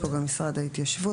באתי מוועדת